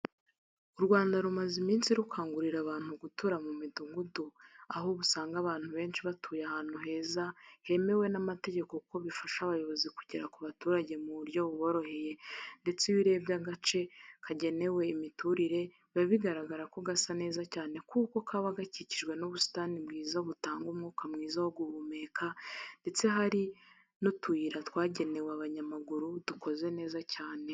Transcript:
U Rwanda rumaze iminsi rukangurira abantu gutura ku midugudu aho ubu usanga abantu benshi batuye ahantu heza hemewe n'amategeko kuko bifasha abayobozi kugera ku baturage mu buryo buboroheye ndetse iyo urebye agace kagenewe imiturire biba bigaragara ko gasa neza cyane kuko kaba gakikijwe n'ubusitani bwiza butanga umwuka mwiza wo guhumeka ndetse hari n'utuyira twagenewe abanyamaguru dukoze neza cyane.